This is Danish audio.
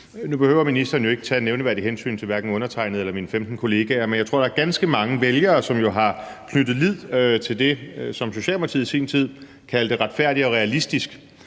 Nu behøver ministeren jo ikke tage nævneværdigt hensyn til hverken undertegnede eller mine 15 kollegaer, men jeg tror, der er ganske mange vælgere, som jo har knyttet lid til det, som Socialdemokratiet i sin tid kaldte »Retfærdig og realistisk«,